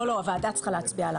לא, לא, הוועדה צריכה להצביע.